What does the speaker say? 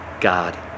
God